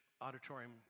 auditorium